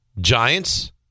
Giants